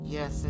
Yes